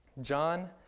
John